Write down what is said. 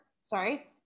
Sorry